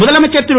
முதலமைச்சர் திரு